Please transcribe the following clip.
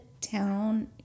town